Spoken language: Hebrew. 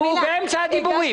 הוא באמצע הדיבור.